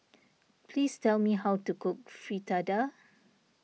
please tell me how to cook Fritada